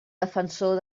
defensor